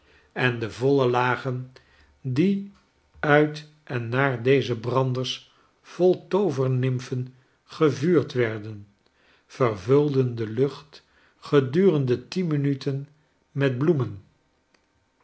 en de voile lagen die uit en naar deze branders vol toovernimfen gevuurd werden vervulden de lucht gedurenden tien minuten met bloemen